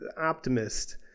optimist